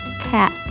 cat